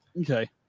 okay